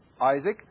Isaac